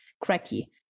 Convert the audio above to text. cracky